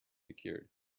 secured